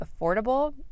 affordable